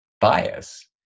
bias